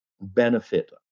benefit